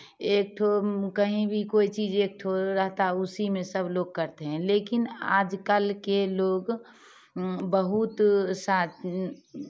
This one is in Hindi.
एक ठो कहीं भी कोई चीज़ एक ठो रहता उसी में सब लोग करते हैं लेकिन आज कल के लोग बहुत सा